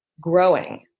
growing